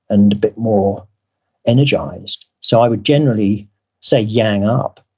and a bit more energized. so i would generally say, yang up.